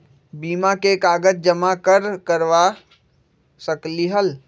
बीमा में कागज जमाकर करवा सकलीहल?